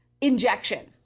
injection